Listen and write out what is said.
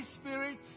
Spirit